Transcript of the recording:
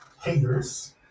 haters